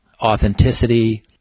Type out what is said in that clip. authenticity